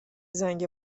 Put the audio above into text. زنگ